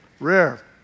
Rare